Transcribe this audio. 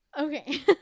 Okay